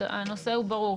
הדברים ברורים, הנושא ברור.